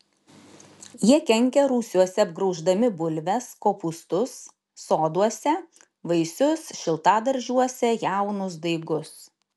jie kenkia rūsiuose apgrauždami bulves kopūstus soduose vaisius šiltadaržiuose jaunus daigus